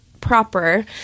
proper